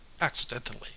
accidentally